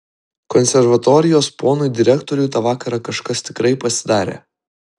konservatorijos ponui direktoriui tą vakarą kažkas tikrai pasidarė